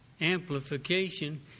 amplification